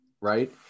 right